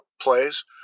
plays